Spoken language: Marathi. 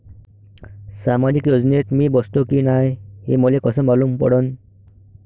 सामाजिक योजनेत मी बसतो की नाय हे मले कस मालूम पडन?